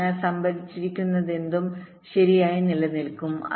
അതിനാൽ സംഭരിച്ചിരിക്കുന്നതെന്തും ശരിയായി നിലനിൽക്കും